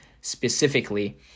specifically